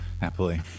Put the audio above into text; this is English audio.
Happily